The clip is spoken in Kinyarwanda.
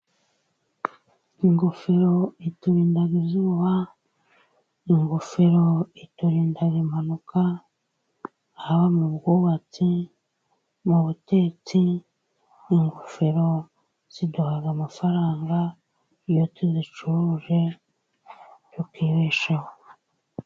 Ingofero iturinda izuba, ingofero iturinda impanuka haba mu bwubatsi, mu butetsi. Ingofero ziduha amafaranga, iyo tuzicuruje tukibeshaho.